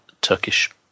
Turkish